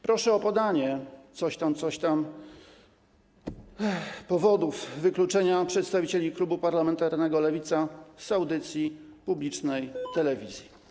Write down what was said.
Proszę o podanie, coś tam, coś tam, powodów wykluczenia przedstawicieli klubu parlamentarnego Lewica z audycji publicznej telewizji.